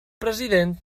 president